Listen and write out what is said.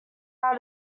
out